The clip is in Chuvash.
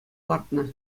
лартнӑ